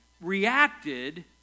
reacted